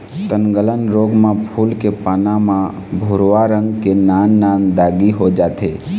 तनगलन रोग म फूल के पाना म भूरवा रंग के नान नान दागी हो जाथे